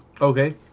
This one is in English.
Okay